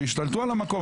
השתלטו על המקום,